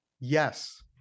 yes